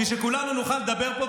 בשביל שכולנו נוכל לדבר פה.